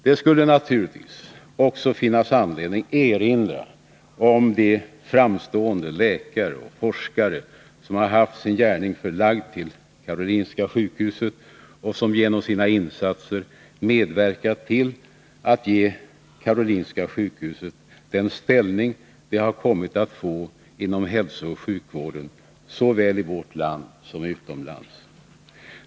Det skulle naturligtvis också finnas anledning erinra om de framstående läkare och forskare som haft och har sin gärning förlagd till Karolinska sjukhuset och som genom sina insatser medverkat till att ge sjukhuset den ställning det kommit att få inom hälsooch sjukvården såväl i vårt land som utomlands.